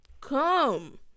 come